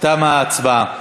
תמה ההצבעה.